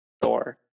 Thor